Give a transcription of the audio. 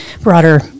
broader